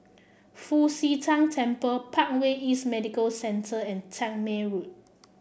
Fu Xi Tang Temple Parkway East Medical Centre and Tangmere Road